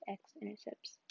x-intercepts